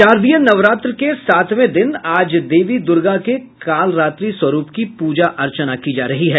शारदीय नवरात्र के सातवें दिन आज देवी दुर्गा के कालरात्रि स्वरूप की पूजा अर्चना की जा रही है